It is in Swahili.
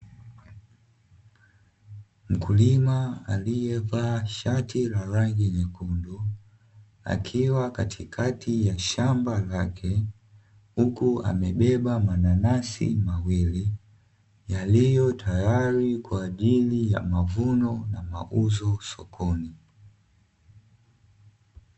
Mkulima aliyevaa shati la rangi nyekundu akiwa katikati ya shamba lake huku amebeba mananasi mawili yaliyo tayari kwa ajili ya mavuno na mauzo sokoni.